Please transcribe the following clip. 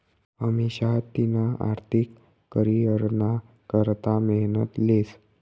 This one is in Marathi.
अमिषा तिना आर्थिक करीयरना करता मेहनत लेस